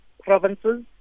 provinces